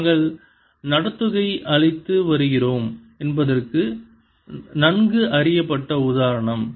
நாங்கள் நடத்துகை அளித்து வருகிறோம் என்பதற்கு நன்கு அறியப்பட்ட உதாரணம்